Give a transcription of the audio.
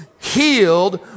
healed